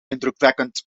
indrukwekkend